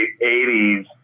80s